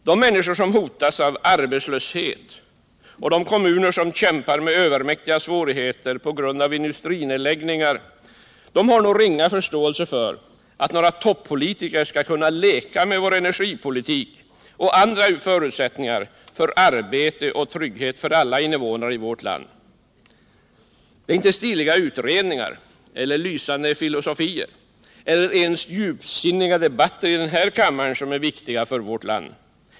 De människor som hotas av arbetslöshet och de kommuner som kämpar med övermäktiga svårigheter på grund av industrinedläggningar har nog ringa förståelse för att några toppolitiker skall kunna leka med vår energipolitik och andra förutsättningar för arbete och trygghet för alla invånare i vårt land. Det är inte stiliga utredningar eller lysande filosofier eller ens djupsinniga debatter i denna kammare som är viktiga för vårt land.